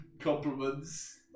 compliments